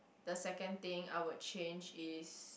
the second thing I will change is